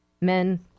Men